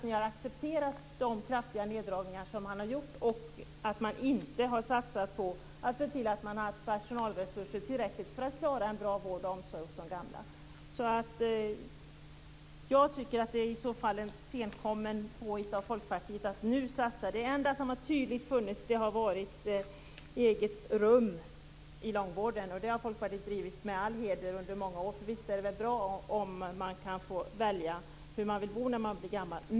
Ni har accepterat de kraftiga neddragningar som har skett, och ni har inte satsat på tillräckliga personalresurser för att klara en bra vård av och omsorg om de gamla. Det är ett senkommet påhitt av Folkpartiet att nu satsa. Det enda tydliga har varit ett eget rum i långvården. Den frågan har Folkpartiet drivit med all heder i många år. Visst är det bra att få välja hur man vill bo när man blir gammal.